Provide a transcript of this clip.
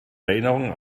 erinnerung